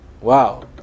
Wow